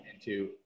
into-